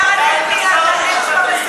אתה היית שר המשפטים,